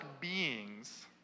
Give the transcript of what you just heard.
beings